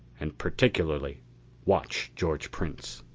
and particularly watch george prince.